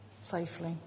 safely